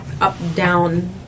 up-down